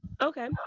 Okay